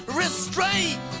restraint